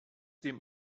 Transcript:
dem